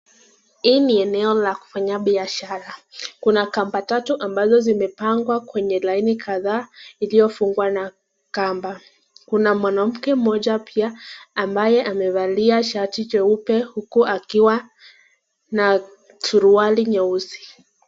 Hii ni eneo la kufanya biashara, kuna kamba tatu ambayo imepangwa kwenye laini kadhaa iliyo fungwa na kamba. Kuna mwanamke mmoja pia ambaye amevalia shati nyeupe akiwa na suruali nyeusi.